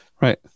Right